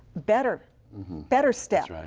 better better step.